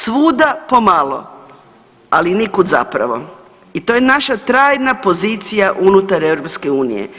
Svuda pomalo, ali nikud zapravo i to je naša trajna pozicija unutar EU.